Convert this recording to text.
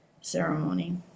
ceremony